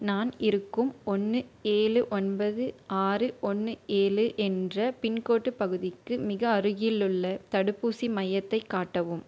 நான் இருக்கும் ஒன்று ஏழு ஒன்பது ஆறு ஒன்று ஏழு என்ற பின்கோடு பகுதிக்கு மிக அருகிலுள்ள தடுப்பூசி மையத்தை காட்டவும்